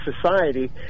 society